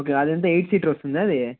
okay అదెంత eight seater వస్తుందా అది